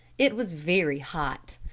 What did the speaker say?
it was very hot.